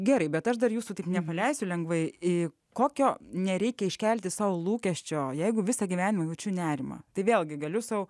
gerai bet aš dar jūsų tik nepaleisiu lengvai į kokio nereikia iškelti sau lūkesčio jeigu visą gyvenimą jaučiu nerimą tai vėlgi galiu sau